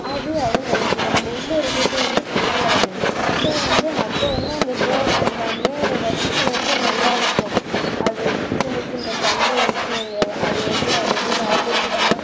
அது அதுன்னு நினச்சிருக்கும் நம்ம உள்ளே இருக்கிறது வந்து தெரியாது ஸோ வந்து அப்போது வந்து அந்த பேர்ட்ஸ் எல்லாமே ரசிக்கிறப்போது நல்லா இருக்கும் அது சின்னச் சின்ன பண்ணுற விஷயங்கள் அது வந்து அது எதிரில் ஆப்போசீட்டில்